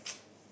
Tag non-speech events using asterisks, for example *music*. *noise*